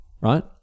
right